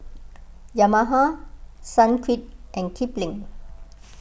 Yamaha Sunquick and Kipling